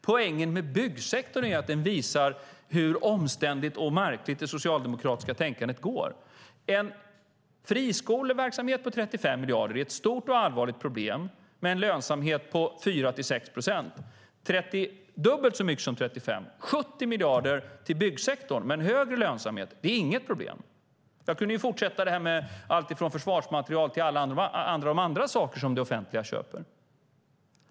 Poängen med byggsektorn är att den visar hur omständligt och märkligt det socialdemokratiska tänkandet går: En friskoleverksamhet på 35 miljarder med en lönsamhet på 4-6 procent är ett stort och allvarligt problem, men dubbelt så mycket som 35, alltså 70 miljarder, till byggsektorn med en högre lönsamhet är inget problem. Jag kunde fortsätta med alltifrån försvarsmateriel till alla de andra saker det offentliga köper.